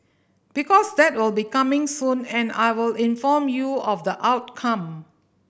because that will be coming soon and I will inform you of the outcome